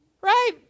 right